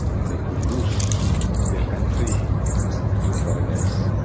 and they could lose their country to foreigners.